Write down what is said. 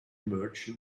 merge